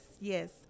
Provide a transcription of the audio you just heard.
yes